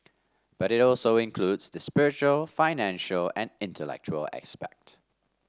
but it also includes the spiritual financial and intellectual aspect